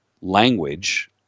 language